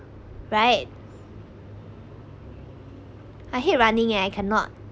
right I hate running eh I cannot